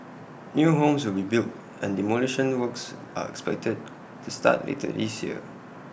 new homes will be built and demolition works are expected to start later this year